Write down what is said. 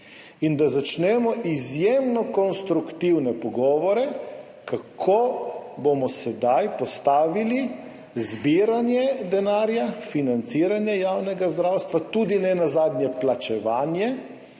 in da začnemo izjemno konstruktivne pogovore, kako bomo sedaj postavili zbiranje denarja, financiranje javnega zdravstva, nenazadnje tudi plačevanje